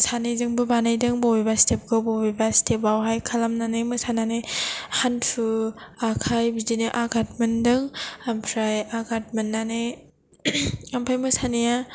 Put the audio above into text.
सानैजोंबो बानायदों बबेबा स्टेपखौ बबेबा स्टेपआवहाय खालामनानै मोसानानै हान्थु आखाय बिदिनो आगाद मोनदों ओमफ्राय आगाद मोननानै ओमफ्राय मोसानाया